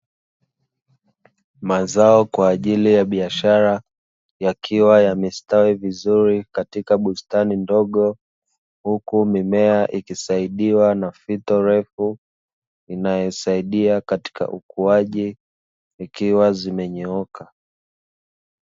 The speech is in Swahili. Mazao kwa ajili ya biashara, yakiwa yamestawi vizuri katika bustani ndogo. Huku mimea ikisaidiwa na fito refu, inayosaidia katika ukuaji ikiwa zimenyooka.